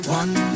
one